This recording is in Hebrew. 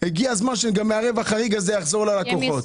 הגיע הזמן שמהרווח החריג זה יחזור ללקוחות.